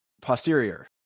posterior